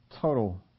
total